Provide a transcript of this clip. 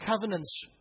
Covenants